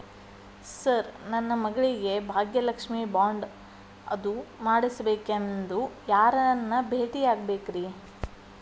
Sir ನನ್ನ ಮಗಳಿಗೆ Bhagyalakshmi bond ಅದು ಮಾಡಿಸಬೇಕೆಂದು ಯಾರನ್ನ ಭೇಟಿಯಾಗಬೇಕ್ರಿ?